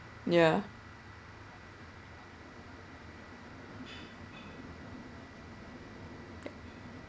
ya